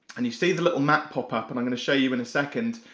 and you see the little map pop up. and i'm gonna show you in a second,